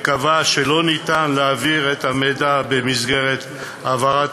והוא קבע שאין אפשרות להעביר את המידע במסגרת העברת